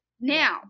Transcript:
Now